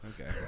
Okay